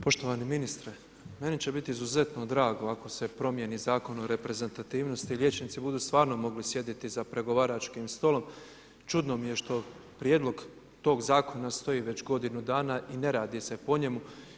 Poštovani ministre, meni će biti izuzetno drago, ako se promijeni Zakon o reprezantivnosti, liječnici budu stvarno mogli sjediti za pregovaračkim stolom čudno mi je što prijedlog tog zakona stoji već godinu dana i ne radi se po njemu.